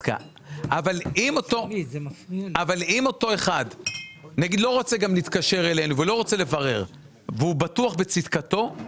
אם אותו אחד לא רוצה גם להתקשר אלינו ולא רוצה לברר והוא בטוח בצדקתו,